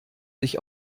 sich